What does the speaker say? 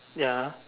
ya